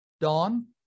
Dawn